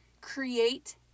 create